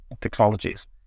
technologies